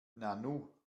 nanu